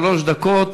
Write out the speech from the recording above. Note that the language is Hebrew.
שלוש דקות.